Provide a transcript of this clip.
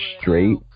straight